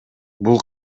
бул